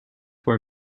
were